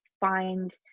find